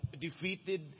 defeated